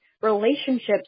relationships